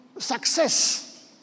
success